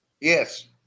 Yes